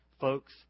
Folks